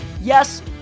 Yes